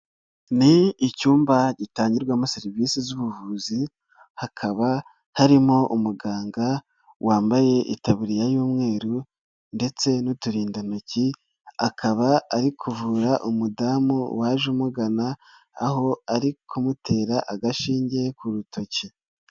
Ni icyumba gitangirwamo serivisi z'ubuvuzi hakaba harimo umuganga wambaye itaburiya y'umweru ndetse n'uturindantoki, akaba ari kuvura umudamu waje umugana aho ari kumutera agashinge ku rutoki.